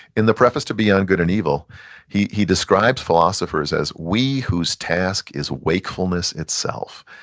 in the preface to beyond good and evil he he describes philosophers as we who's task is wakefulness itself.